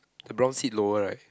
the brown seat lower right